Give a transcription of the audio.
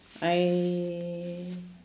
I